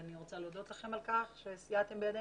ואני רוצה להודות לכם על שסייעתם בידינו,